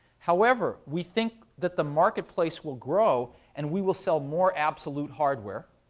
however, we think that the marketplace will grow, and we will sell more absolute hardware.